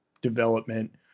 development